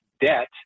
debt